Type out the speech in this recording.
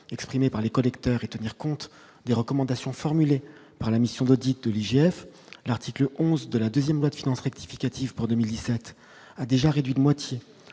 exprimées par les collecteurs et tenir compte des recommandations formulées par la mission d'audit de l'IGF, l'article 11 de la 2ème loi de finances rectificative pour 2017 a déjà réduit de moitié